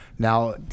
Now